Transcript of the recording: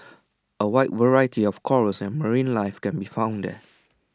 A wide variety of corals and marine life can be found there